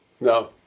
No